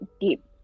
deep